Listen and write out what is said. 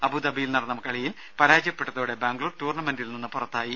അബുദാബിയിൽ നടന്ന കളിയിൽ പരാജയപ്പെട്ടതോടെ ബാംഗ്ലൂർ ടൂർണമെന്റിൽ നിന്ന് പുറത്തായി